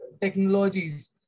technologies